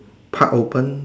park open